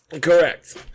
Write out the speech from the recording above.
correct